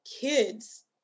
kids